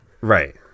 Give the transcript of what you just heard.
Right